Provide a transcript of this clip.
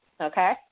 okay